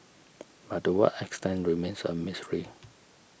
but to what extent remains a mystery